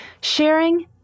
Sharing